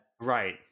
right